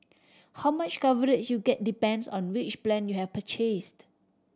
how much coverage you get depends on which plan you have purchased